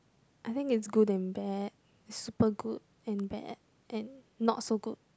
I think it's good and bad it's super good and bad and not so good